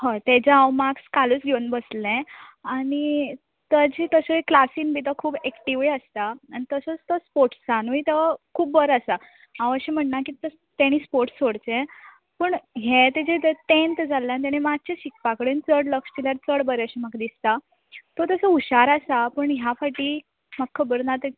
हय तेजें हांव माक्स कालूच घेवन बसलें आनी ताजी तशें क्लासिन बि तो खूब एक्टिव आसता तसोच तो स्पोर्टसानूय तो खूब बरो आसा हांव अशें म्हणना कि तेणी स्पोर्टस सोडचे पूण हे तेजे ते तेन्थ जाल्ल्यान तेणें मातशें शिकपा कडेन चड लक्ष्य दिल्यार चड बरें अशें म्हाका दिसता तो तसो हुशार आसा पूण ह्या फावटी म्हाका खबर ना